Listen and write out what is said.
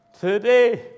today